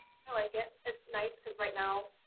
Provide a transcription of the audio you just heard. i like it. it's nice because right now,